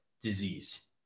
disease